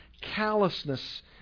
callousness